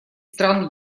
стран